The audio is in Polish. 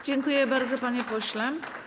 Dziękuję bardzo, panie pośle.